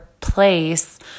place